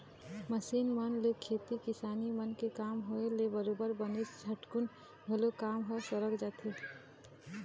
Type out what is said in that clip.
machine मन ले खेती किसानी मन के काम होय ले बरोबर बनेच झटकुन घलोक काम ह सरक जाथे